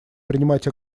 принимать